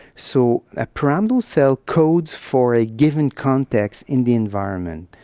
so a pyramidal cell codes for a given context in the environment.